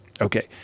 Okay